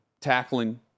tackling